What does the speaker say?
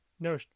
No